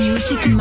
Music